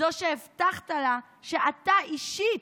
זו שהבטחת לה שאתה אישית,